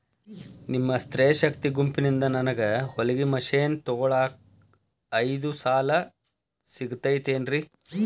ನಿಮ್ಮ ಸ್ತ್ರೇ ಶಕ್ತಿ ಗುಂಪಿನಿಂದ ನನಗ ಹೊಲಗಿ ಮಷೇನ್ ತೊಗೋಳಾಕ್ ಐದು ಸಾಲ ಸಿಗತೈತೇನ್ರಿ?